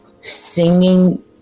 singing